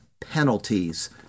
penalties